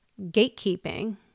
gatekeeping